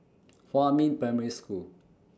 Huamin Primary School